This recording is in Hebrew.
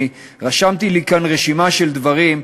רשמתי לי כאן רשימה של דברים,